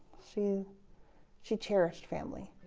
she she cherished family.